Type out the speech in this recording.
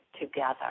together